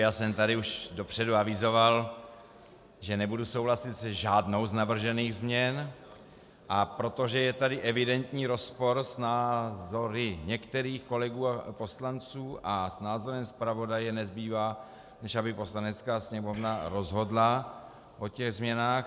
Já jsem tady už dopředu avizoval, že nebudu souhlasit se žádnou z navržených změn, a protože je tady evidentní rozpor s názory některých kolegů poslanců s názorem zpravodaje, nezbývá, než aby Poslanecká sněmovna rozhodla o těch změnách.